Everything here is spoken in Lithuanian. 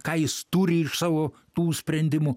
ką jis turi iš savo tų sprendimų